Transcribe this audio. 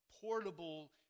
portable